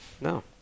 No